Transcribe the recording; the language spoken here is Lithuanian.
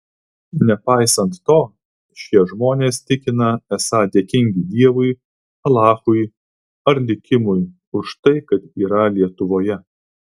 nepaisant to šie žmonės tikina esą dėkingi dievui alachui ar likimui už tai kad yra lietuvoje